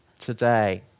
today